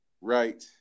Right